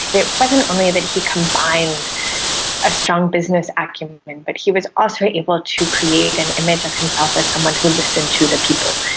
it wasn't only that he combined a strong business acumen but he was also able to create an image of himself as someone who listened to the people,